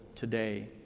today